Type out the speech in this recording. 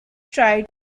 tried